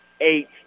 eight